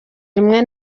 rimwe